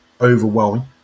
overwhelming